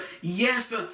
yes